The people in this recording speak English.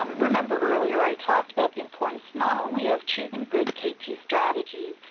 um remember earlier i talked about the importance not only of choosing good kt strategies,